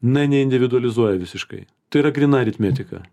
na neindividualizuoja visiškai tai yra gryna aritmetika